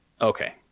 Okay